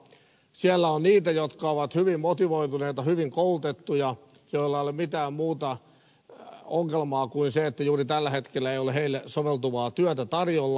siellä on niitä jotka ovat hyvin motivoituneita hyvin koulutettuja joilla ei ole mitään muuta ongelmaa kuin se että juuri tällä hetkellä ei ole heille soveltuvaa työtä tarjolla